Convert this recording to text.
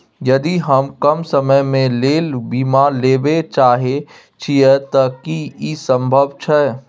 यदि हम कम समय के लेल बीमा लेबे चाहे छिये त की इ संभव छै?